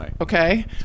okay